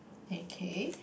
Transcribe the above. okay